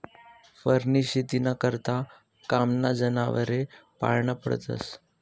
फरनी शेतीना करता कामना जनावरे पाळना पडतस